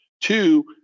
two